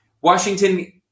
Washington